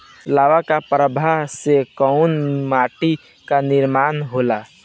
लावा क प्रवाह से कउना माटी क निर्माण होला?